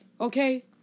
Okay